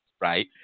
Right